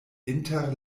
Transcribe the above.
inter